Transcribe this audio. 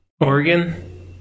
Oregon